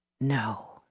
No